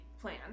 plan